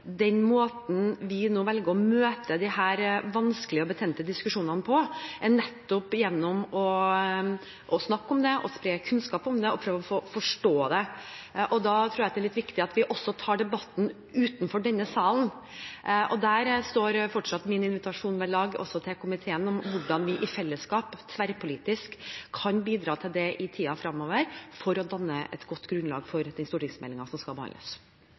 den måten vi nå velger å møte disse vanskelige og betente diskusjonene på, er nettopp gjennom å snakke om det, å spre kunnskap om det og prøve å forstå det. Da tror jeg det er litt viktig at vi også tar debatten utenfor denne salen. Der står fortsatt min invitasjon ved lag også til komiteen om hvordan vi i fellesskap tverrpolitisk kan bidra til det i tiden fremover for å danne et godt grunnlag for den stortingsmeldingen som skal behandles.